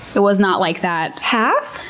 it was not like that, half!